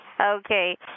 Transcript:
Okay